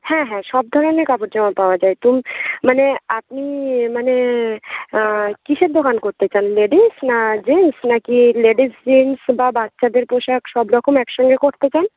হ্যাঁ হ্যাঁ সব ধরনের কাপড় জামা পাওয়া যায় তুম মানে আপনি মানে কিসের দোকান করতে চান লেডিস না জেন্স না কি লেডিস জেন্স বা বাচ্চাদের পোশাক সব রকম এক সঙ্গে করতে চান